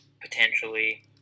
potentially